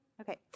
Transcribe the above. Okay